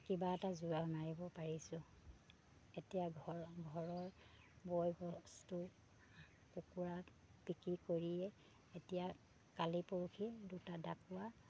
কিবা এটা যোৰা মাৰিব পাৰিছোঁ এতিয়া ঘৰ ঘৰৰ বয়বস্তু কুকুৰা বিক্ৰী কৰিয়ে এতিয়া কালি পৰহি দুটা ডাকুৱা